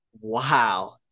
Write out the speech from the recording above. Wow